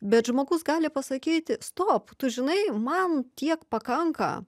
bet žmogus gali pasakyti stop tu žinai man tiek pakanka